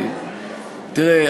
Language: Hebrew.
תראה,